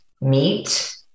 meat